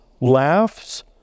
laughs